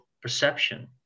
perception